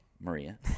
Maria